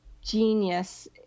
genius